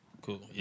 Cool